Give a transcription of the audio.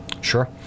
Sure